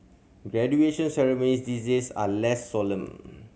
graduation ceremony these days are less solemn